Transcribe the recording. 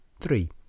Three